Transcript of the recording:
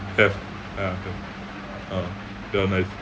have ya have uh ya nice